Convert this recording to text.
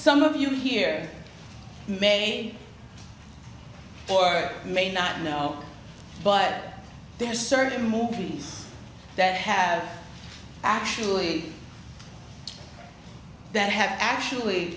some of you here may or may not know but there are certain movies that have actually that have actually